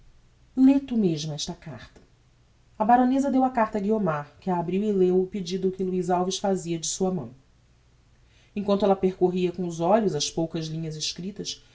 tu mesma esta carta a baroneza deu a carta a guiomar que a abriu e leu o pedido que luiz alves fazia de sua mão em quanto ella percorria com os olhos as poucas linhas escriptas